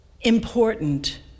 important